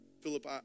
Philip